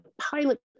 pilot